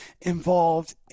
involved